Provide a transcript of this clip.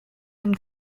den